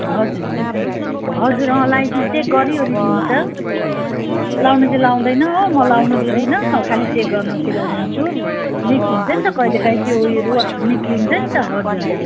हजुर हुन्छ नि हजुर अँ लाइ चेक गरिवरी दिन्छ लाउन चाहिँ लाउँदैन हो म लाउन दिँदिन खाली चेक गर्न चाहिँ लगाउँछु लिक हुन्छ नि त कहिलेकाहीँ त्यो उयोहरू निस्किन्छ नि त हजुर